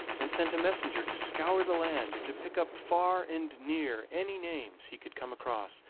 and sent a messenger to scour the land, and to pick up far and near any names he could come across.